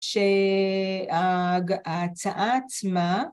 שההצעה עצמה